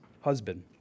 husband